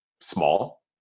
small